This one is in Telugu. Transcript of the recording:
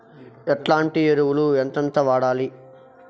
ఎట్లాంటి ఎరువులు ఎంతెంత వాడాలి?